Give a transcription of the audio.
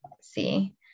see